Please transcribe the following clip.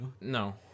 No